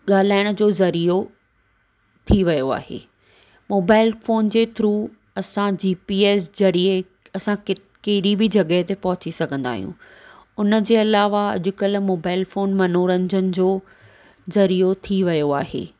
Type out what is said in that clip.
ॻाल्हाइण जो ज़रियो थी वियो आहे मोबाइल फोन जे थ्रू असां जीपीएस जरिये असां केॾी बि जॻह ते पहुची सघंदा आहियूं उनजे अलावा अॼकल्ह मोबाइल फोन मनोरंजनि जो ज़रियो थी वियो आहे